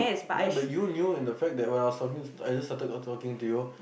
ya but you knew in the fact that when I was talking I just started talking to you